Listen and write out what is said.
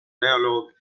dialogue